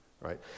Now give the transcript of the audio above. right